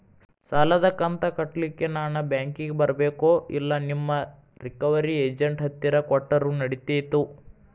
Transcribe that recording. ಸಾಲದು ಕಂತ ಕಟ್ಟಲಿಕ್ಕೆ ನಾನ ಬ್ಯಾಂಕಿಗೆ ಬರಬೇಕೋ, ಇಲ್ಲ ನಿಮ್ಮ ರಿಕವರಿ ಏಜೆಂಟ್ ಹತ್ತಿರ ಕೊಟ್ಟರು ನಡಿತೆತೋ?